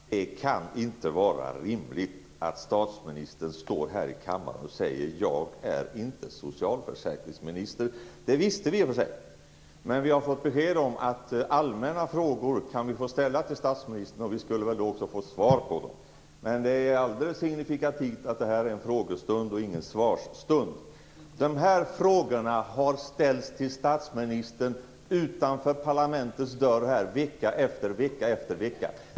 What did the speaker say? Fru talman! Det kan inte vara rimligt att statsministern står här i kammaren och säger: Jag är inte socialförsäkringsminister. Det visste vi i och för sig. Men vi har fått besked om att vi kan få ställa allmänna frågor till statsministern. Vi skulle också få svar på dem. Men det är alldeles signifikativt att det här är en frågestund och ingen svarsstund. De här frågorna har ställts till statsministern utanför parlamentets dörrar vecka efter vecka.